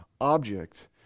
object